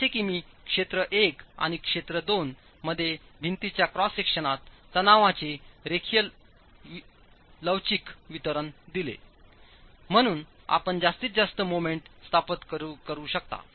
जसे की मी क्षेत्र 1 आणि क्षेत्र 2 मध्ये भिंतीच्या क्रॉस सेक्शनात तणावांचे रेखीय लवचिक वितरण दिले म्हणून आपण जास्तीत जास्त मोमेंट स्थापित करू शकता